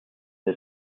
his